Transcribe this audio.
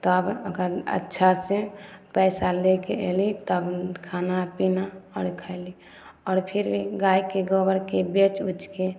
तब ओकर अच्छा से पैसा ले के अयली तब खाना पीना आर खयली आओर फिर भी गायके गोबरके बेच उचके